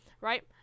Right